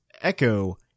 Echo